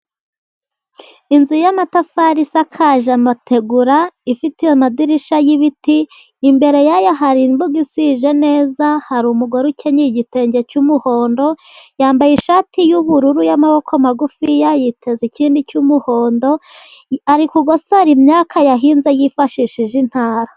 Inzu y'amatafari isakaje amategura ifite amadirishya y'ibiti, imbere yayo hari imbuga isije neza hari umugore ukenyeye igitenge cy'umuhondo. Yambaye ishati y'ubururu y'amaboko magufi yiteza ikindi cy'umuhondo ari kugosora imyaka yahinze yifashishije intara.